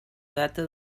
data